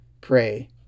pray